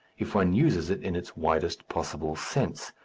if one uses it in its widest possible sense.